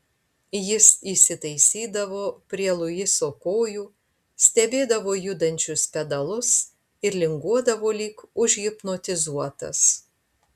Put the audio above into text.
jis įsitaisydavo prie luiso kojų stebėdavo judančius pedalus ir linguodavo lyg užhipnotizuotas